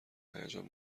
هیجان